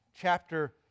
chapter